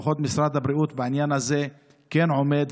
אז אנחנו יודעים שלפחות משרד הבריאות בעניין הזה כן עומד,